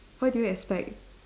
what do you expect